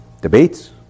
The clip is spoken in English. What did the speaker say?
Debates